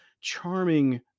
charming